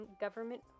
government